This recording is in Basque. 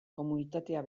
komunitatea